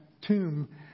tomb